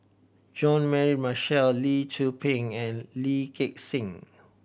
Jean Mary Marshall Lee Tzu Pheng and Lee Gek Seng